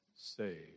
saved